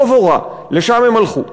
טוב או רע, לשם הם הלכו.